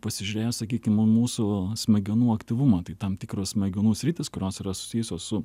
pasižiūrėjo sakykim į mūsų smegenų aktyvumą tai tam tikros smegenų sritys kurios yra susijusios su